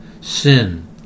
sin